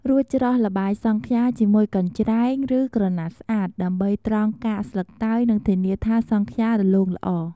រួច ច្រោះល្បាយសង់ខ្យាជាមួយកញ្ច្រែង ឬក្រណាត់ស្អាត ដើម្បីត្រងកាកស្លឹកតើយនិងធានាថាសង់ខ្យារលោងល្អ។